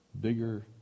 bigger